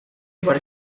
dwar